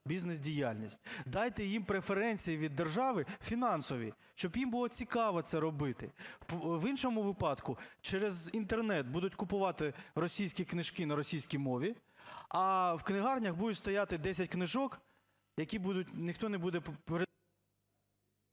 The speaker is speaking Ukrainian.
бізнес-діяльність. Дайте їм преференції від держави фінансові, щоб їм було цікаво це робити. В іншому випадку через Інтернет будуть купувати російські книжки на російській мові, а в книгарнях будуть стояти десять книжок, які будуть, ніхто не буде...